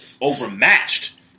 overmatched